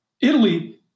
Italy